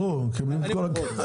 נו, ברור, מקבלים את כל הכסף.